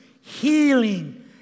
healing